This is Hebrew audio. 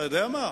אתה יודע מה,